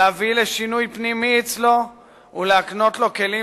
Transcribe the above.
להביא לשינוי פנימי אצלו ולהקנות לו כלים